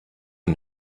and